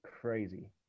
crazy